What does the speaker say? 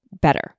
better